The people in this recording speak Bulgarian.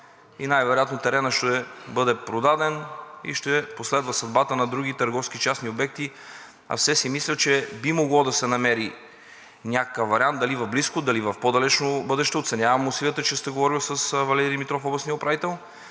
най-вероятно теренът ще бъде продаден и ще последва съдбата на други търговски и частни обекти, а все си мисля, че би могло да се намери някакъв вариант – дали в близко, дали в по-далечно бъдеще. Оценявам усилията, че сте говорил с Валери Димитров – областния управител,